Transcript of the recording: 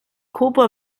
kobra